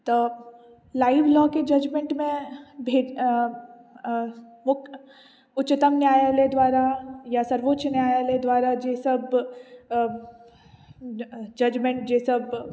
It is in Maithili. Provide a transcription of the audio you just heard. तऽ लाइव लॉ के जजमेंटमे भेट उच्चतम न्यायालय द्वारा या सर्वोच्च न्यायालय द्वारा जे सब जजमेंट जे सब